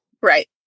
Right